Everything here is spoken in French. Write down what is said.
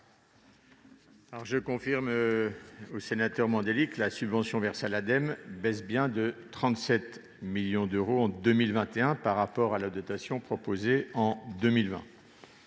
Je confirme à M. Mandelli que la subvention versée à l'Ademe baissera de 37 millions d'euros en 2021, par rapport à la dotation proposée en 2020.